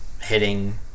hitting